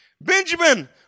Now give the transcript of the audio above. Benjamin